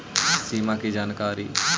सिमा कि जानकारी?